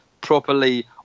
properly